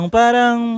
parang